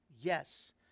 Yes